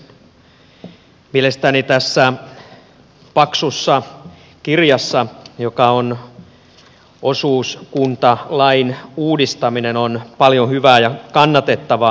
mielestäni tässä paksussa kirjassa joka on osuuskuntalain uudistaminen on paljon hyvää ja kannatettavaa